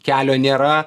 kelio nėra